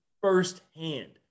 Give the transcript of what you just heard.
firsthand